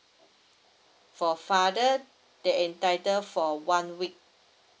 for father they entitled for one week